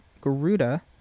Garuda